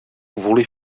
kvůli